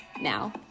now